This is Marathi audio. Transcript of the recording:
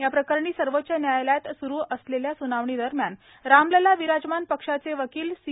या प्रकरणी सर्वोच्च न्यायालयात सुरू असलेल्या स्नावणी दरम्यान रामलला विराजमान पक्षाचे वकील सी